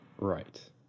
right